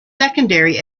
secondary